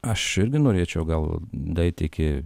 aš irgi norėčiau gal daeiti iki